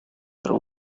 there